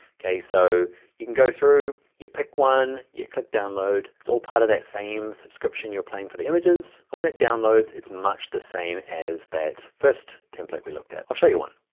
okay, so you can go through, you pick one, you click download. it's all part of the same subscription you're paying for the images. and when it downloads, it's much the same as that first template we looked at, i'll show you one.